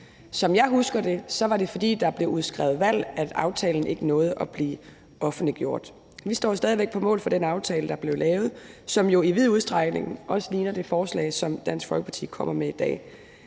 Som jeg husker det, var det, fordi der blev udskrevet valg, at aftalen ikke nåede at blive offentliggjort. Vi står stadig væk på mål for den aftale, der blev lavet, som jo i vid udstrækning også ligner det forslag, som Dansk Folkeparti kommer med i dag.